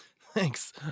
Thanks